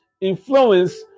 influence